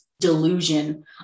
delusion